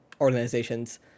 organizations